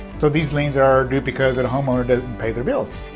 so these liens are due because a homeowner doesn't pay their bills.